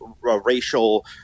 racial